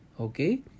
okay